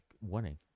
winning